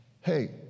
Hey